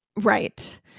Right